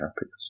happy